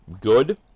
good